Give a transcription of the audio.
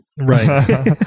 Right